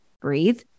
breathe